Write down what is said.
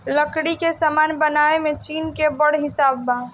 लकड़ी के सामान बनावे में चीन के बड़ हिस्सा बा